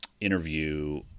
interview